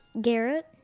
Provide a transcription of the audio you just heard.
Garrett